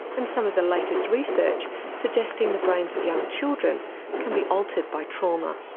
and some of the latest research suggesting the brains of young children can be altered by trauma.